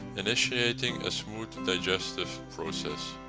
initiating a smooth digestive process.